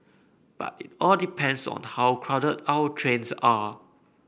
but it all depends on how crowded our trains are